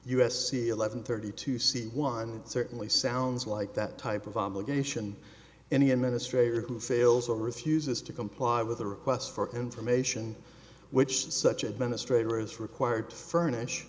c eleven thirty to see one certainly sounds like that type of obligation any administrator who fails or refuses to comply with a request for information which such administrator is required to furnish